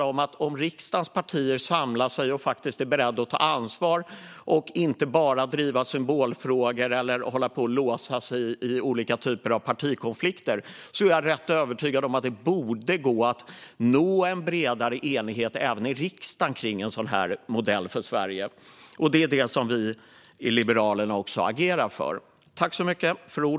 Om riksdagens partier samlar sig och faktiskt är beredda att ta ansvar och inte bara driva symbolfrågor eller hålla på och låsa sig i olika typer av partikonflikter är jag rätt övertygad om att det borde gå att nå en bredare enighet även i riksdagen kring en sådan här modell för Sverige. Det är det som vi i Liberalerna agerar för.